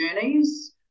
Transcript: journeys